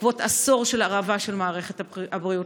בעקבות עשור של הרעבה של מערכת הבריאות.